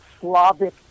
Slavic